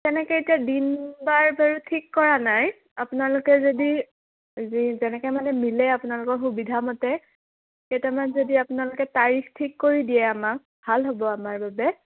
তেনেকৈ এতিয়া দিন বাৰ বাৰু ঠিক কৰা নাই আপোনালোকে যদি যি যেনেকৈ মানে মিলে আপোনালোকৰ সুবিধা মতে কেইটামান যদি আপোনালোকে তাৰিখ ঠিক কৰি দিয়ে আমাক ভাল হ'ব আমাৰ বাবে